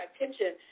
attention